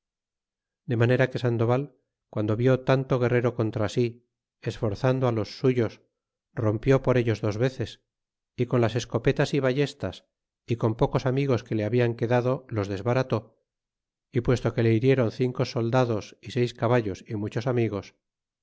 de manera que sandoval guando vido tanto guerrero contra si esforzando los suyos rompió por ellos dos veces y con las escopetas y ballestas y con pocos amigos que le hablan quedado los desbarató y puesto que le hirieron cinco soldados y seis caballos y muchos amigos